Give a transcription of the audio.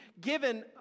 given